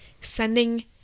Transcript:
sending